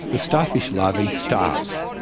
the starfish larvae starve.